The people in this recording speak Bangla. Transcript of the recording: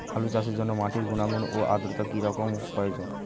আলু চাষের জন্য মাটির গুণাগুণ ও আদ্রতা কী রকম প্রয়োজন?